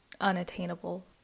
unattainable